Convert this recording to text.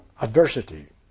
adversity